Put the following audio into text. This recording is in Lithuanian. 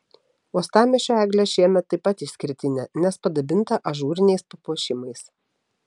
uostamiesčio eglė šiemet taip pat išskirtinė nes padabinta ažūriniais papuošimais